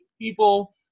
People